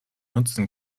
nutzen